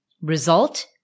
result